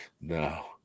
No